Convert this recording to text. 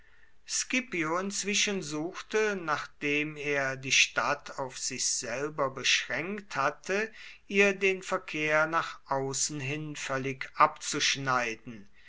inzwischen suchte nachdem er die stadt auf sich selber beschränkt hatte ihr den verkehr nach außen hin völlig abzuschneiden